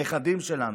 הנכדים שלנו.